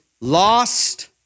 Lost